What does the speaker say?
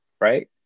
right